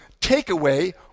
takeaway